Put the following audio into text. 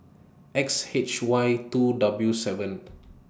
X H Y two W seven